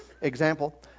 example